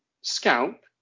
scalp